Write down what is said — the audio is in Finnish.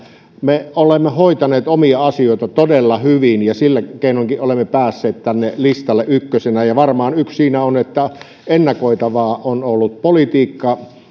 me olemme hoitaneet omia asioitamme todella hyvin ja sillä keinoinkin olemme päässeet listalla ykköseksi ja ja varmaan yksi asia siinä on että ennakoitavaa on ollut politiikka